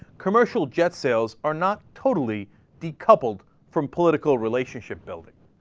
commercial jets sales are not totally decoupled from political relationship building